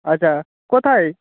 আচ্ছা কোথায়